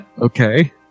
Okay